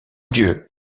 dieu